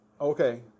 okay